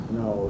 no